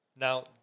Now